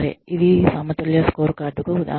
ఇది సమతుల్య స్కోర్కార్డ్కు ఉదాహరణ